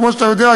כמו שאתה יודע,